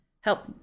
Help